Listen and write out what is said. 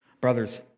Brothers